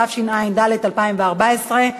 התשע"ד 2014,